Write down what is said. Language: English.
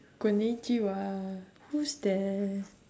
konichiwa who's there